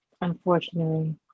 unfortunately